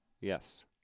Yes